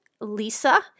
Lisa